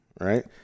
right